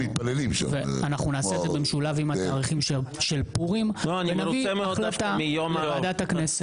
אנחנו נעשה את זה במשולב עם פורים ונביא החלטה לוועדת הכנסת.